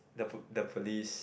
the pol~ the police